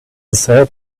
said